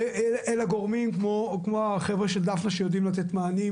ואל הגורמים כמו החבר'ה של דפנה שיודעים לתת מענים,